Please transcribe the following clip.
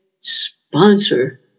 sponsor